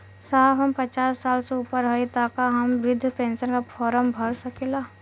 साहब हम पचास साल से ऊपर हई ताका हम बृध पेंसन का फोरम भर सकेला?